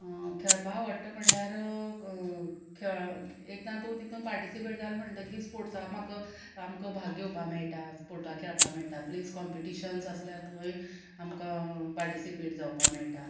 खेळपा आवडटा म्हणल्यार खेळ एकदां तूं तितून पार्टिसिपेट जाल म्हणटगीर स्पोर्ट्साक म्हाका आमकां भाग घेवपा मेयटा स्पोटाक खेळपा मेयटा प्लीस कॉम्पिटिशन्स आसल्यार थंय आमकां पार्टिसिपेट जावपा मेयटा